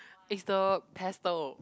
is the tester